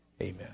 Amen